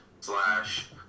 slash